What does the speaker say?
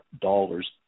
dollars